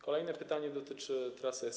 Kolejne pytanie dotyczy trasy S1: